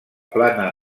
plana